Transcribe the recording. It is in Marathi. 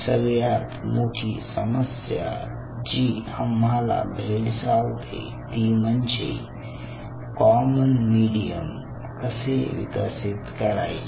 सगळ्यात मोठी समस्या जी आम्हाला भेडसावते ती म्हणजे कॉमन मीडियम कसे विकसित करायचे